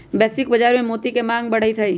वैश्विक बाजार में मोती के मांग बढ़ते हई